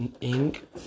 ink